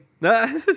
no